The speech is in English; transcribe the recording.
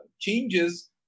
Changes